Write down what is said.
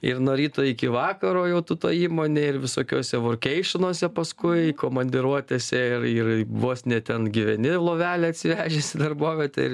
ir nuo ryto iki vakaro jau tu toj įmonėj ir visokiuose vorkeišinuose paskui komandiruotėse ir ir vos ne ten gyveni lovelę atsivežęs į darbovietę ir